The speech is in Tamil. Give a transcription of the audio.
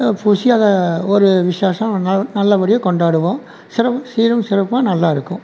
பூசி அதை ஒரு விசேஷம் நல் நல்லபடியாக கொண்டாடுவோம் சிறப் சீரும் சிறப்புமாக நல்லாயிருக்கும்